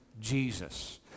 Jesus